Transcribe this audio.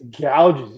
Gouges